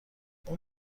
اون